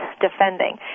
defending